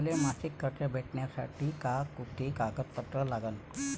मले मासिक कर्ज भेटासाठी का कुंते कागदपत्र लागन?